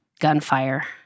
gunfire